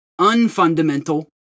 unfundamental